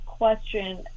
question